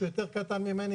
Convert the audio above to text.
שהוא יותר קטן ממני,